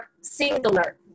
singular